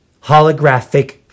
holographic